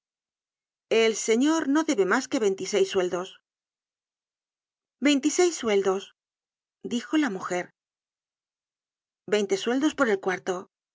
el señor no debe mas que veintiseis sueldos veintiseis sueldos dijo la mujer veinte sueldos por el cuarto